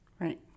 Right